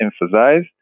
emphasize